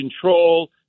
control